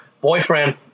boyfriend